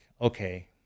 okay